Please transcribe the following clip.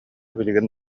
билигин